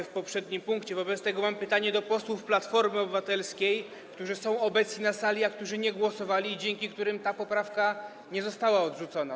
Wobec tego mam pytanie do posłów Platformy Obywatelskiej, którzy są obecni na sali, a którzy nie głosowali i dzięki którym ta poprawka nie została odrzucona.